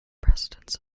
presidents